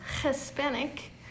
Hispanic